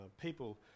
people